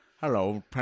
Hello